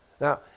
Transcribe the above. Now